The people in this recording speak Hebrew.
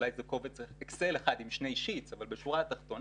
אולי זה קובץ אקסל אחד עם שני גיליונות אבל בשורה התחתונה,